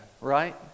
right